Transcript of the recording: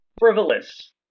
Frivolous